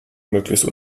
möglichst